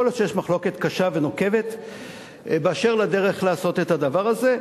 יכול להיות שיש מחלוקת קשה ונוקבת באשר לדרך לעשות את הדבר הזה,